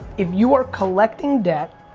if you are collecting debt,